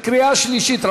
בקריאה שלישית.